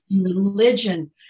religion